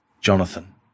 Jonathan